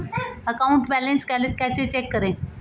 Account balance कैसे check करें?